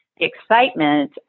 excitement